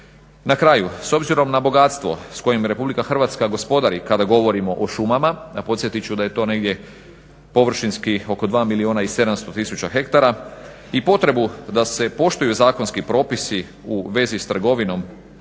Na kraju, s obzirom na bogatstvo s kojim Republika Hrvatska gospodari kada govorimo o šumama, a podsjetit ću da je to negdje površinski oko 2 milijuna i 700 tisuća hektara i potrebu da se poštuju zakonski propisi u vezi s trgovinom